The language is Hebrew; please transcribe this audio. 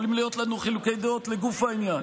יכולים להיות לנו חילוקי דעות לגוף העניין.